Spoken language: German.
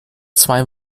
zwei